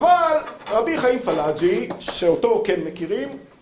אבל רבי חיים פלאג'י, שאותו כן מכירים